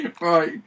Right